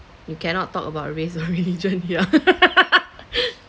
you cannot talk about race or religion here